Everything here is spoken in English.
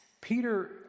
Peter